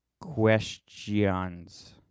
questions